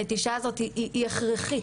הנטישה הזאת היא הכרחית,